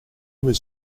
was